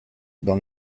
dans